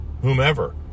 whomever